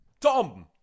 Tom